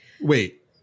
Wait